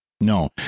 No